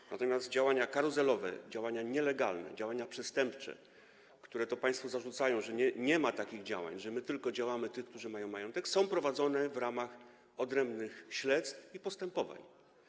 Natomiast jeśli chodzi o działania karuzelowe, działania nielegalne, działania przestępcze - państwo zarzucają, że nie ma takich działań, że my tylko działamy wobec tych, którzy mają majątek - jest to prowadzone w ramach odrębnych śledztw i postępowań.